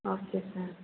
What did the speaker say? okay sir